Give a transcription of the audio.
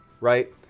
right